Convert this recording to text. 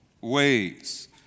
ways